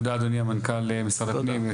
תודה אדוני המנכ"ל משרד הפנים.